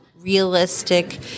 realistic